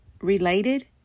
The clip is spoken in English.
related